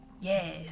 Yes